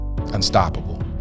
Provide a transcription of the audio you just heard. Unstoppable